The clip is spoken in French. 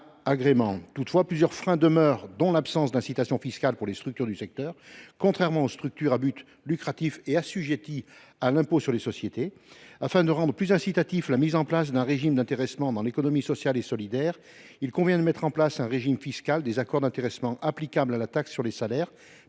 Toutefois, plusieurs freins demeurent, dont l’absence d’incitation fiscale pour les structures du secteur, contrairement aux structures à but lucratif assujetties à l’impôt sur les sociétés. Afin de rendre plus incitative la mise en place d’un régime d’intéressement dans l’économie sociale et solidaire, il convient d’instaurer un régime fiscal des accords d’intéressement applicable à la taxe sur les salaires